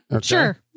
Sure